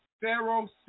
Pharaoh